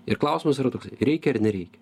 ir klausimas yra to reikia ar nereikia